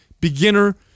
beginner